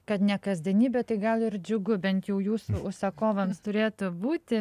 kad ne kasdienybė tai gal ir džiugu bent jau jūsų užsakovams turėtų būti